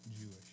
Jewish